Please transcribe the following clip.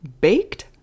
baked